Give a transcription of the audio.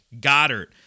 Goddard